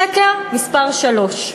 שקר מספר שלוש: